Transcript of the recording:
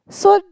soon